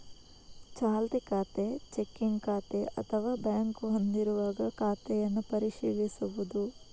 ಚಾಲ್ತಿ ಖಾತೆ, ಚೆಕ್ಕಿಂಗ್ ಖಾತೆ ಅಥವಾ ಬ್ಯಾಂಕ್ ಹೊಂದಿರುವಾಗ ಖಾತೆಯನ್ನು ಪರಿಶೀಲಿಸುವುದು